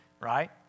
right